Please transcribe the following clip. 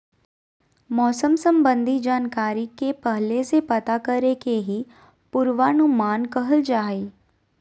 मौसम संबंधी जानकारी के पहले से पता करे के ही पूर्वानुमान कहल जा हय